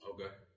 Okay